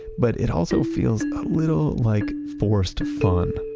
but it also feels a little like forced fun,